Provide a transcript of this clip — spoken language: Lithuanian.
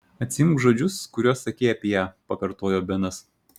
atsiimk žodžius kuriuos sakei apie ją pakartojo benas